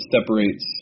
separates